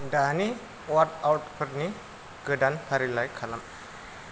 दानि वार्कआउटफोरनि गोदान फारिलाइ खालाम